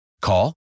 Call